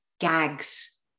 gags